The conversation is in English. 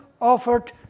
offered